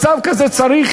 מצב כזה צריך